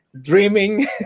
dreaming